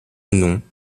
non